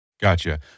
Gotcha